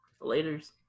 Laters